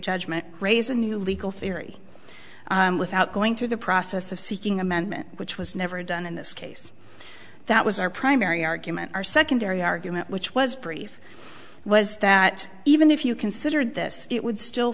judgment raise a new legal theory without going through the process of seeking amendment which was never done in this case that was our primary argument our secondary argument which was brief was that even if you considered this it would still